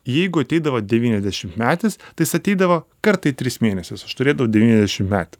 jeigu ateidavo devyniasdešimtmetis tai jis ateidavo kartą į tris mėnesius aš turėdavau devyniasdešim metį